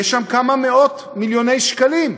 יש שם כמה מאות-מיליוני שקלים.